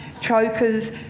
chokers